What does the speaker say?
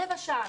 רבע שעה,